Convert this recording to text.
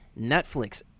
Netflix